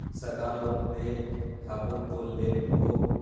सरकार लोन दे हबै तो ले हो?